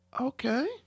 Okay